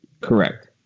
Correct